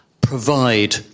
provide